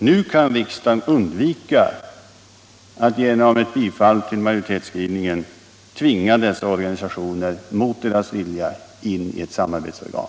Nu kan riksdagen undvika att genom ett bifall till majoritetsskrivningen tvinga dessa organisationer in i ett samarbetsorgan.